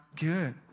good